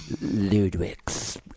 Ludwig's